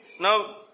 Now